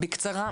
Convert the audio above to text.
בקצרה.